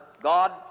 God